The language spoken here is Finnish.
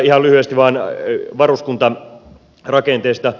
vielä lyhyesti varuskuntarakenteesta